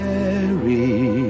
Mary